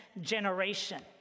generation